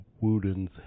Wooden's